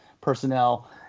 personnel